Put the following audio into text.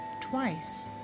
twice